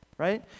right